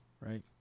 right